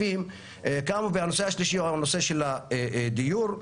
הנושא השלישי הוא הדיור.